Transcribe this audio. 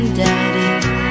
daddy